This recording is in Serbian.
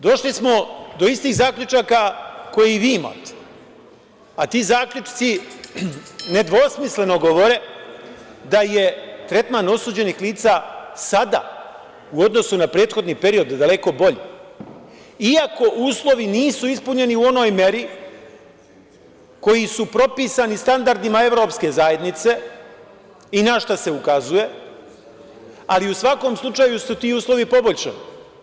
Došli smo do istih zaključaka koje vi imate, a ti zaključci nedvosmisleno govore da je tretman osuđenih lica sada u odnosu na prethodni period daleko bolji iako uslovi nisu ispunjeni u onoj meri koji su propisani standardima EU i na šta se ukazuje, ali u svakom slučaju su se ti uslovi poboljšali.